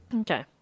Okay